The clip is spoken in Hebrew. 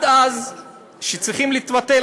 והן צריכות להתבטל,